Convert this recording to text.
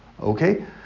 Okay